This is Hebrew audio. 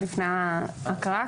לפני ההקראה,